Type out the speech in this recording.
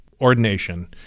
ordination